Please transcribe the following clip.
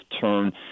turn